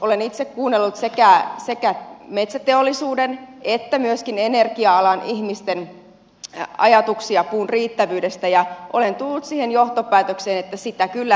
olen itse kuunnellut sekä metsäteollisuuden että energia alan ihmisten ajatuksia puun riittävyydestä ja olen tullut siihen johtopäätökseen että sitä kyllä riittää